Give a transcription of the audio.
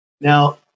Now